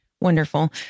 Wonderful